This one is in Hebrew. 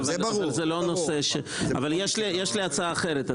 אבל יש לי הצעה אחרת,